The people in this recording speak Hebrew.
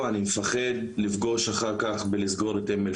אני מפחד לפגוש אחר כך בסגירת אום אל